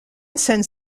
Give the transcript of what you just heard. sends